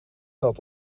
had